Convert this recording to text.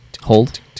Hold